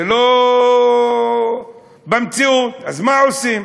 זה לא במציאות, אז מה עושים?